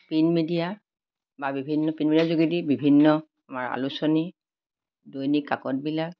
print media বা বিভিন্ন print মিডিয়াৰ যোগেদি বিভিন্ন আমাৰ আলোচনী দৈনিক কাকতবিলাক